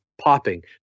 popping